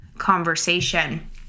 conversation